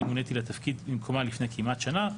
אני מוניתי לתפקיד במקומה לפני כמעט שנה,